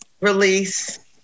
release